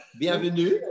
Bienvenue